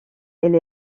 elle